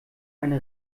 eine